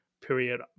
period